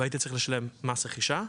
והייתי צריך לשלם מס רכישה,